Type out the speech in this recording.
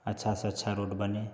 अच्छा से अच्छा रोड बने